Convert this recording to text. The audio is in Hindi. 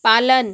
पालन